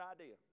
idea